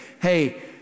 hey